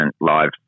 live